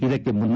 ಇದಕ್ಕೆ ಮುನ್ನ